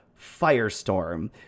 Firestorm